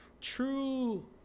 True